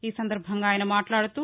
ఈ సందర్భంగా ఆయన మాట్లాడుతూ